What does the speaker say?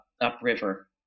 upriver